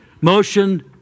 Motion